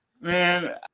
man